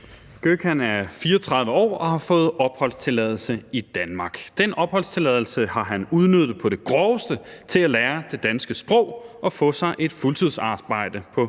er 34 år og har fået opholdstilladelse i Danmark. Den opholdstilladelse har han udnyttet på det groveste til at lære det danske sprog og få sig et fuldtidsarbejde på